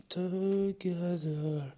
together